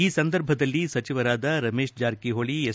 ಈ ಸಂದರ್ಭದಲ್ಲಿ ಸಚಿವರಾದ ರಮೇಶ್ ಜಾರಕಿ ಹೋಳಿ ಎಸ್